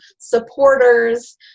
supporters